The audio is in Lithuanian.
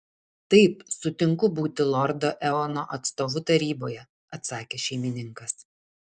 taip sutinku būti lordo eono atstovu taryboje atsakė šeimininkas